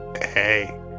Hey